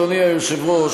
אדוני היושב-ראש,